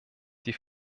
die